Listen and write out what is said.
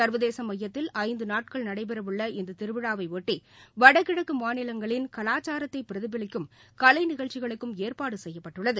சா்வதேசமையத்தில் ஐந்துநாட்கள் நடைபெறவுள்ள இந்ததிருவிழாவைஒட்டிவடகிழக்குமாநிலங்களின் கலாச்சாரத்தைபிரதிபலிக்கும் கலைநிகழ்ச்சிகளுக்கும் ஏற்பாடுசெய்யப்பட்டுள்ளது